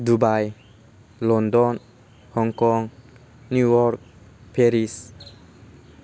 Dubai London Hong Kong New York Paris